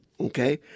okay